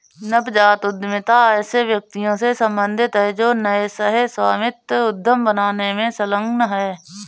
नवजात उद्यमिता ऐसे व्यक्तियों से सम्बंधित है जो नए सह स्वामित्व उद्यम बनाने में संलग्न हैं